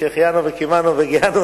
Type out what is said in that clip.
שהחיינו וקיימנו והגיענו